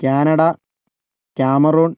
Canada Cameroon